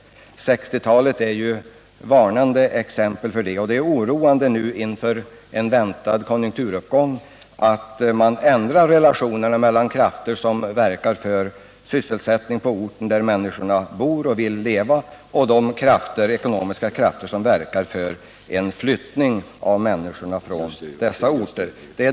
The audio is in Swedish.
1960-talet är ju ett varnande exempel. Det är nu inför en väntad konjunkturuppgång oroande att regeringen ändrar relationerna mellan de krafter som verkar för sysselsättning på orter, där människorna bor och vill leva, och de ekonomiska krafter som verkar för en flyttning av människorna från dessa orter.